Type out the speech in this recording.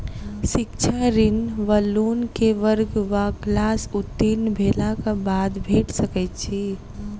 शिक्षा ऋण वा लोन केँ वर्ग वा क्लास उत्तीर्ण भेलाक बाद भेट सकैत छी?